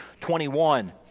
21